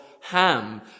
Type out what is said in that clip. Ham